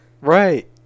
Right